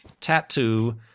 tattoo